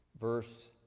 verse